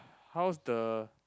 how's the